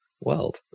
world